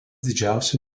didžiausių